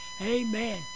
amen